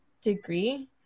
degree